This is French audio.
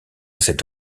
cette